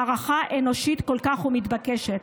הארכה אנושית כל כך ומתבקשת.